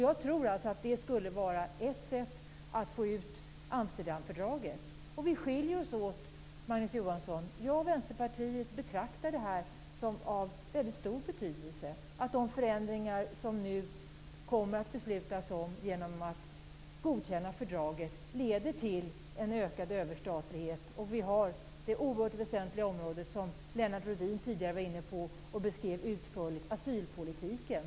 Jag tror att det skulle vara ett sätt att få ut Amsterdamfördraget. Vi skiljer oss åt, Magnus Johansson. Jag och Vänsterpartiet anser att det har väldigt stor betydelse och att de förändringar som riksdagen nu kommer att besluta om genom att den godkänner fördraget leder till en ökad överstatlighet. Vi har t.ex. det oerhört väsentliga område som Lennart Rohdin tidigare berörde och beskrev utförligt, nämligen asylpolitiken.